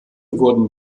wurden